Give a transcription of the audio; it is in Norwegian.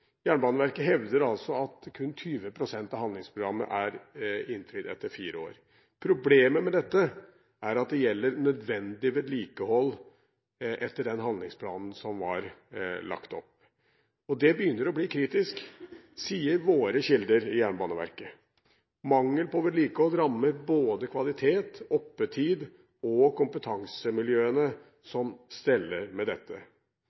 Jernbaneverket hevder at kun 20 pst. av handlingsprogrammet er innfridd etter fire år. Problemet med dette er at det gjelder nødvendig vedlikehold etter den handlingsplanen som var lagt opp, og det begynner å bli kritisk, sier våre kilder i Jernbaneverket. Mangel på vedlikehold rammer både kvalitet, oppetid og kompetansemiljøene som steller med dette.